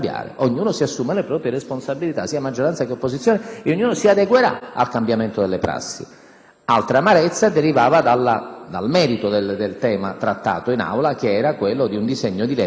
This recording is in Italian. Altra amarezza deriva dal merito del tema trattato in Aula, quello di un disegno di legge ordinario sulla sicurezza per il quale si era deciso, da parte di tutti,